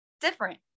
different